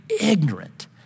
ignorant